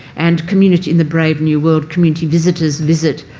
and community in the brave new world, community visitors visit